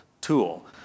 tool